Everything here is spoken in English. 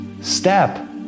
step